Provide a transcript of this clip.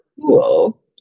cool